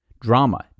drama